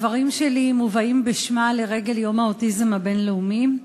הדברים שלי מובאים בשמה לרגל יום האוטיזם הבין-לאומי.